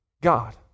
God